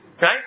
right